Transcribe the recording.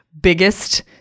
biggest